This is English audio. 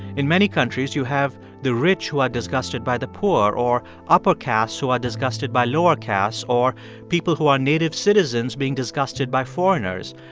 in many countries, you have the rich who are disgusted by the poor or upper castes who are disgusted by lower castes or people who are native citizens being disgusted by foreigners.